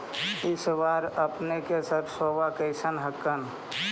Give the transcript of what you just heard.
इस बार अपने के सरसोबा कैसन हकन?